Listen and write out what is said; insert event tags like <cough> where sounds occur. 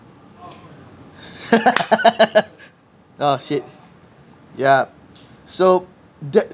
<laughs> oh shit yup so the